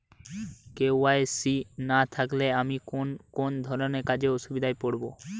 KYC না থাকলে আমি কোন কোন ধরনের কাজে অসুবিধায় পড়ব?